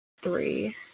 three